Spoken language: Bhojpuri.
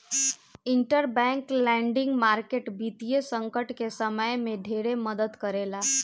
इंटरबैंक लेंडिंग मार्केट वित्तीय संकट के समय में ढेरे मदद करेला